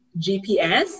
GPS